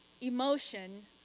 emotion